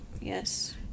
Yes